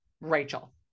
Rachel